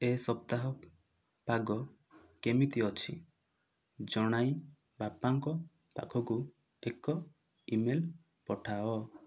ଏ ସପ୍ତାହ ପାଗ କେମିତି ଅଛି ଜଣାଇ ବାପାଙ୍କ ପାଖକୁ ଏକ ଇମେଲ ପଠାଅ